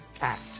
act